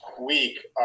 week